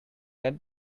red